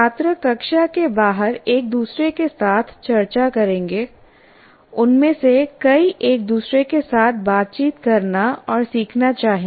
छात्र कक्षा के बाहर एक दूसरे के साथ चर्चा करेंगे उनमें से कई एक दूसरे के साथ बातचीत करना और सीखना चाहेंगे